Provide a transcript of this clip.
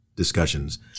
discussions